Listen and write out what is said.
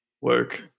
work